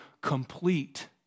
complete